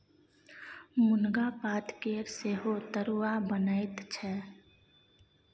मुनगा पातकेर सेहो तरुआ बनैत छै